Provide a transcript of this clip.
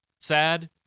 sad